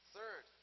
Third